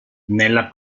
nella